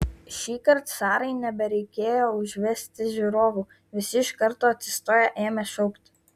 šįkart sarai nebereikėjo užvesti žiūrovų visi iš karto atsistoję ėmė šaukti